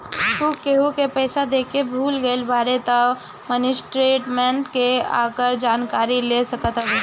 अगर तू केहू के पईसा देके भूला गईल बाड़ऽ तअ मिनी स्टेटमेंट से ओकर जानकारी ले सकत हवअ